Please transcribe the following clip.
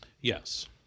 Yes